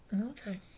Okay